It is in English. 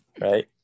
right